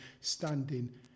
standing